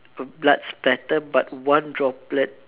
blood splatter but one droplet